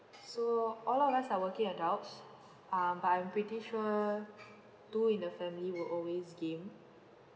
so all of us are working adults um but I'm pretty sure two in the family will always game